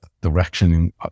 direction